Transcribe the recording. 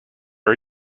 are